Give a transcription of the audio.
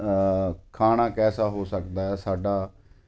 ਖਾਣਾ ਕੈਸਾ ਹੋ ਸਕਦਾ ਸਾਡਾ